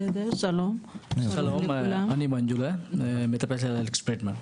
שלום, אני מנג'ולה, מטפלך של אלכס פרידמן.